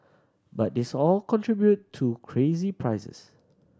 but these all contribute to crazy prices